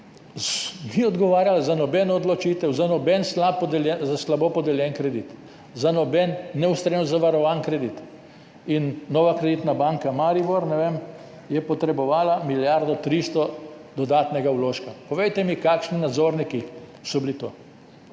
Ni odgovarjala za nobeno odločitev, za noben slabo podeljen kredit, za noben neustrezno zavarovan kredit. Nova Kreditna banka Maribor je potrebovala milijardo 300 dodatnega vložka. Povejte mi, kakšni nadzorniki so bili to?